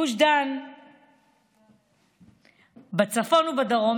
בצפון ובדרום,